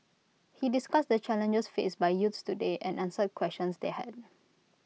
he discussed the challenges faced by youths today and answered questions they had